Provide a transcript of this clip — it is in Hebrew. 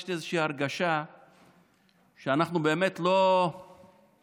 יש לי איזושהי הרגשה שאנחנו באמת לא לוקחים